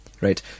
Right